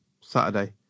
Saturday